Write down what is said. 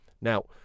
Now